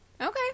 Okay